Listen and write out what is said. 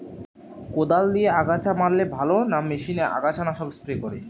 কদাল দিয়ে আগাছা মারলে ভালো না মেশিনে আগাছা নাশক স্প্রে করে?